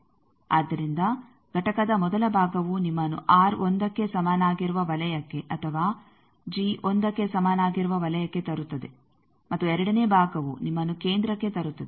ಆದ್ದರಿಂದ ಘಟಕದ ಮೊದಲ ಭಾಗವು ನಿಮ್ಮನ್ನು ಆರ್ 1ಕ್ಕೆ ಸಮನಾಗಿರುವ ವಲಯಕ್ಕೆ ಅಥವಾ ಜಿ 1ಕ್ಕೆ ಸಮನಾಗಿರುವ ವಲಯಕ್ಕೆ ತರುತ್ತದೆ ಮತ್ತು ಎರಡನೇ ಭಾಗವು ನಿಮ್ಮನ್ನು ಕೇಂದ್ರಕ್ಕೆ ತರುತ್ತದೆ